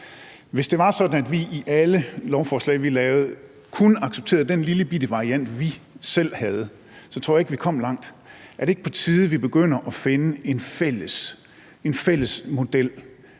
at vi i alle forslag, vi lavede, kun accepterede den lillebitte variant, vi selv havde, så tror jeg ikke, at vi kom langt. Er det ikke på tide, at vi begynder at finde en fælles model,